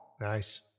Nice